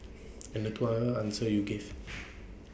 and the two other answers you gave